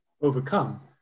overcome